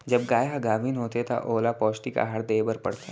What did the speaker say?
जब गाय ह गाभिन होथे त ओला का पौष्टिक आहार दे बर पढ़थे?